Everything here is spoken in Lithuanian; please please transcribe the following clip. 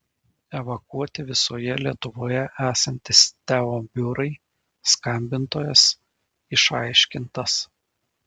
evakuoti visoje lietuvoje esantys teo biurai skambintojas išaiškintas